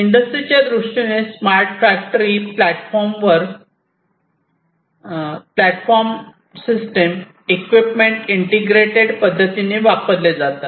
इंडस्ट्रीच्या दृष्टीने smart factory प्लॅटफॉर्मवर डायवर सिस्टीम आणि इक्विपमेंट इंटिग्रेटेड पद्धतीने वापरले जातात